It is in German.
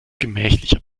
gemächlicher